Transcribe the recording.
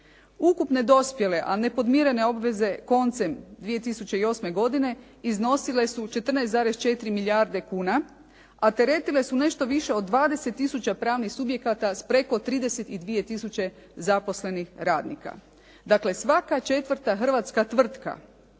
Ukupne dospjele, a nepodmirene obveze koncem 2008. godine iznosile 14,4 milijarde kuna, a teretile su nešto više od 20 tisuća pravnih subjekata s preko 32 tisuće zaposlenih radnika. Dakle, svaka četvrta hrvatska tvrtka